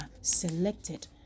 selected